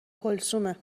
کلثومه